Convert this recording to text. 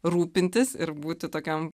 rūpintis ir būti tokiom